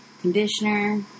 conditioner